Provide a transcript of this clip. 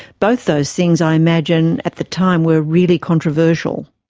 both those things i imagine at the time were really controversial.